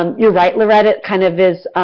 um you are right loretta, it's kind of is,